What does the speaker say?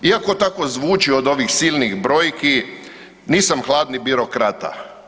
Iako tako zvuči od ovih silnih brojki, nisam hladni birokrata.